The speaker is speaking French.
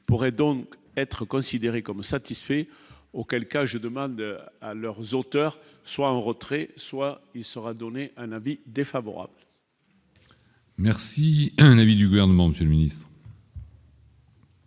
pourraient donc être considéré comme satisfait, auquel cas je demande à leurs auteurs, soit en retrait, soit il sera donné un avis défavorable. Merci, un avis du gouvernement Tunis.